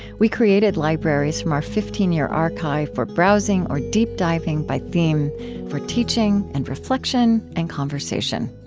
we created libraries from our fifteen year archive for browsing or deep diving by theme for teaching and reflection and conversation.